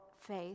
faith